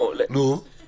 לא, ממש לא.